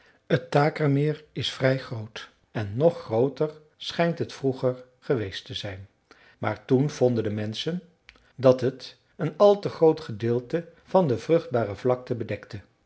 t takermeer is vrij groot en nog grooter schijnt het vroeger geweest te zijn maar toen vonden de menschen dat het een al te groot gedeelte van de vruchtbare vlakte bedekte